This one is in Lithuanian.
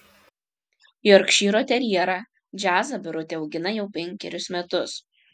jorkšyro terjerą džiazą birutė augina jau penkerius metus